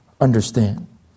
understand